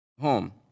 home